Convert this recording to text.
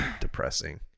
depressing